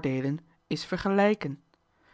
deelen is vergelijken